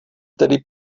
tedy